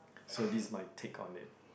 so this is my take on it